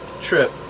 trip